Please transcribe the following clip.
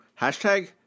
hashtag